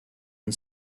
and